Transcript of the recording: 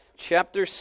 chapter